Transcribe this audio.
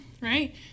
right